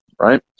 Right